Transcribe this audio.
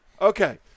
Okay